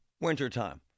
Wintertime